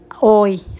hoy